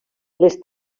les